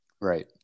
Right